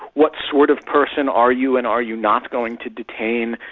what sort of person are you and are you not going to detain?